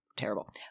terrible